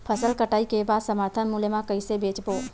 फसल कटाई के बाद समर्थन मूल्य मा कइसे बेचबो?